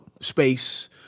space